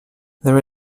there